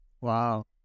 Wow